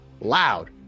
loud